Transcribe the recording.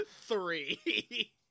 Three